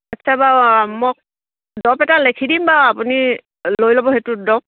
আচ্ছা বাৰু মই দৰব এটা লিখি দিম বাৰু আপুনি লৈ ল'ব সেইটো দৰব